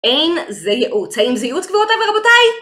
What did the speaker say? אין זה יעוץ. האם זאת יעוץ גבירותיי רבותיי?